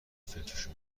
فکرشو